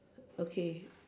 okay